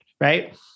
right